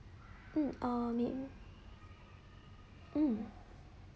um or menu mm